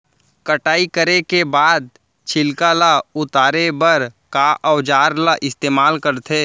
कटाई करे के बाद छिलका ल उतारे बर का औजार ल इस्तेमाल करथे?